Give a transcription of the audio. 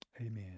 Amen